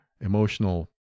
emotional